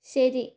ശരി